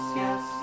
yes